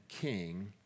king